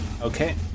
Okay